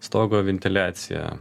stogo ventiliacija